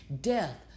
death